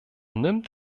nimmt